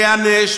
ייענש,